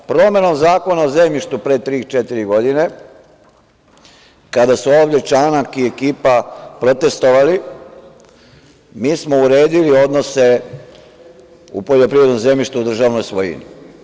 Promenom Zakona o zemljištu pre tri, četiri godine, kada su ovde Čanak i ekipa protestovali, mi smo uredili odnose u poljoprivrednom zemljištu u državnoj svojini.